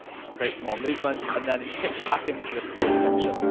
which creates more movement, and then it kicks back into this full section.